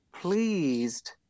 pleased